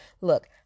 Look